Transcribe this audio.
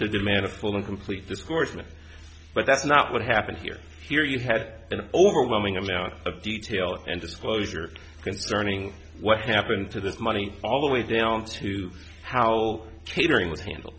to demand a full and complete discourse me but that's not what happened here here you had an overwhelming amount of detail and disclosure concerning what happened to this money all the way down to how catering was handle